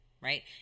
right